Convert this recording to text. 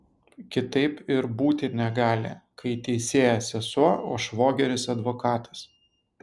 kitaip ir būti negali kai teisėja sesuo o švogeris advokatas